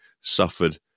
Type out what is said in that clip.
suffered